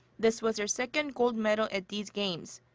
this was her second gold medal at these games.